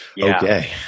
Okay